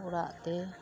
ᱚᱲᱟᱜ ᱛᱮ